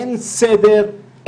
אין סדר,